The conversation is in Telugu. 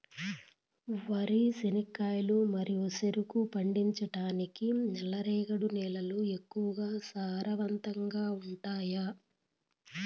వరి, చెనక్కాయలు మరియు చెరుకు పండించటానికి నల్లరేగడి నేలలు ఎక్కువగా సారవంతంగా ఉంటాయా?